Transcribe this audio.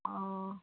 অঁ